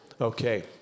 Okay